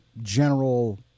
general